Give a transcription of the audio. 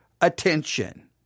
attention